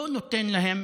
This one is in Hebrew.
לא נותנת להם